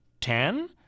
Ten